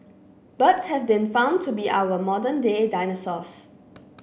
birds have been found to be our modern day dinosaurs